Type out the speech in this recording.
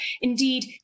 Indeed